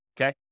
okay